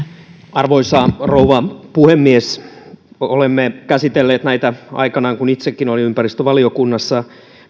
arvoisa rouva puhemies olemme käsitelleet aikanaan näitä perustamisia kun itsekin olin ympäristövaliokunnassa